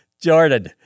Jordan